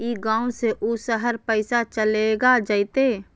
ई गांव से ऊ शहर पैसा चलेगा जयते?